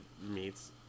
meats